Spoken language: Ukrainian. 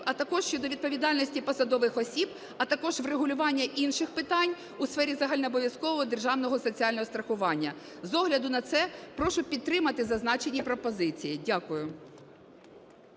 а також щодо відповідальності посадових осіб, а також врегулювання інших питань у сфері загальнообов'язкового державного соціального страхування. З огляду на це, прошу підтримати зазначені пропозиції. Дякую.